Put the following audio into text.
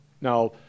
Now